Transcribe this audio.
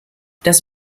das